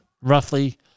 roughly